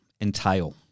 entail